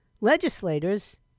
legislators